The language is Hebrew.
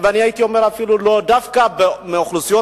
ואני הייתי אומר אפילו: דווקא באוכלוסיות